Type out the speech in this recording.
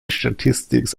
statistics